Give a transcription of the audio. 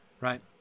right